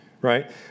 right